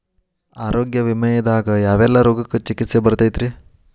ಆರೋಗ್ಯ ವಿಮೆದಾಗ ಯಾವೆಲ್ಲ ರೋಗಕ್ಕ ಚಿಕಿತ್ಸಿ ಬರ್ತೈತ್ರಿ?